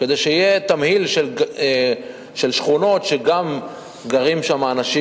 כדי שיהיה תמהיל של שכונות שגם גרים שם אנשים